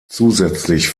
zusätzlich